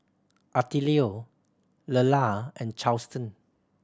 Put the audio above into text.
Attilio Lelah and Charlton